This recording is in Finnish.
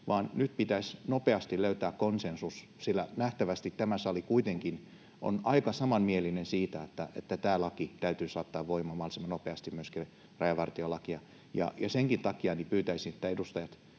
nyt pitäisi nopeasti löytää konsensus, sillä nähtävästi tämä sali kuitenkin on aika samanmielinen siitä, että tämä laki täytyy saattaa voimaan mahdollisimman nopeasti, myöskin rajavartiolaki. Senkin takia pyytäisin edustajilta,